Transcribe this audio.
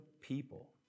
people